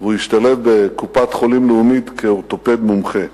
והשתלב בקופת-חולים "לאומית" כאורתופד מומחה.